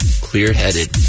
clear-headed